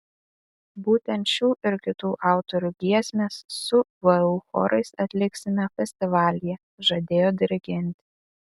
būtent šių ir kitų autorių giesmes su vu chorais atliksime festivalyje žadėjo dirigentė